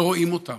לא רואים אותם.